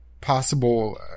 possible